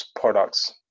products